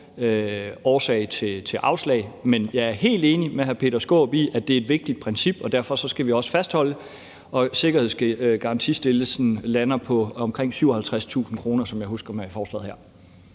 årsag til afslag, men jeg er helt enig med hr. Peter Skaarup i, at det er et vigtigt princip, og derfor skal vi også fastholde det, og sikkerhedsstillelsen lander på omkring 57.000 kr. med forslaget her,